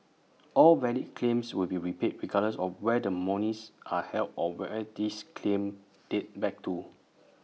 all valid claims will be repaid regardless of where the monies are held or where these claims date back to